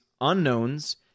unknowns